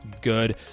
good